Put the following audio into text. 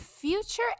Future